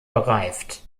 bereift